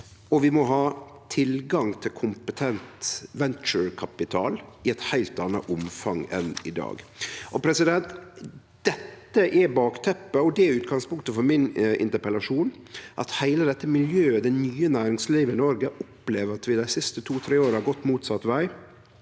og vi må ha tilgang til kompetent venturekapital i eit heilt anna omfang enn i dag. Dette er bakteppet, og det er utgangspunktet for min interpellasjon, at heile dette miljøet, det nye næringslivet i Noreg, opplever at vi dei siste to–tre åra har gått motsett veg,